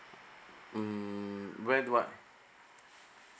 mm where about